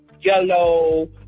yellow